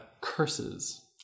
curses